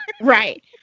Right